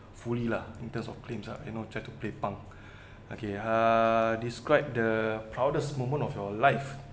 fully lah in terms of claims lah you know try to play punk okay uh describe the proudest moment of your life